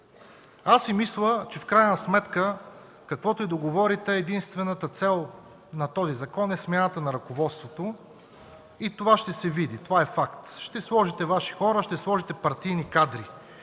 Аз си мисля, че в крайна сметка, каквото и да говорите, единствената цел на този закон е смяната на ръководството и това ще се види. Това е факт. Ще сложите Ваши хора, ще сложите партийни кадри